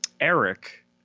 Eric